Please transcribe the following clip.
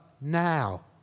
now